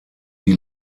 die